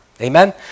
Amen